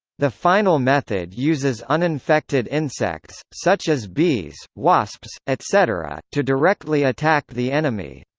the final method uses uninfected insects, such as bees, wasps, etc, to directly attack the enemy.